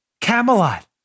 Camelot